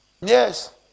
Yes